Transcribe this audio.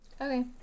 Okay